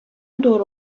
دور